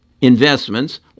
investments